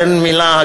אין מילה,